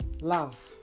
love